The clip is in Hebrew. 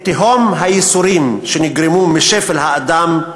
את תהום הייסורים שנגרמו משפל האדם,